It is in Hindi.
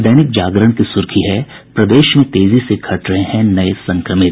दैनिक जागरण की सुर्खी है प्रदेश में तेजी से घट रहे हैं नये संक्रमित